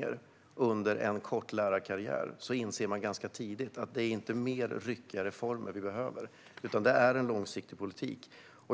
det under en kort lärarkarriär har genomförts reformer fem gånger inser man ganska tidigt att det inte är mer ryckiga reformer vi behöver. I stället behöver vi en långsiktig politik.